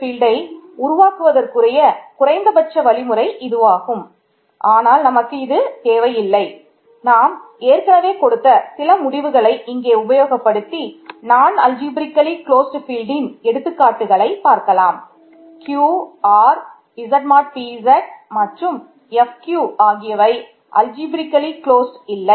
field இல்லை